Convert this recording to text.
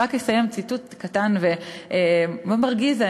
אני רק אסיים בציטוט קטן ומאוד מרגיז,